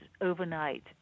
overnight